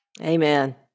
Amen